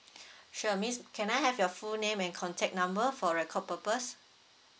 sure miss can I have your full name and contact number for record purpose